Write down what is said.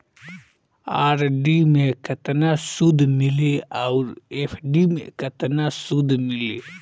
RD मे केतना सूद मिली आउर एफ.डी मे केतना सूद मिली?